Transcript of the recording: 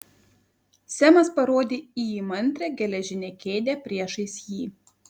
semas parodė į įmantrią geležinę kėdę priešais jį